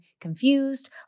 confused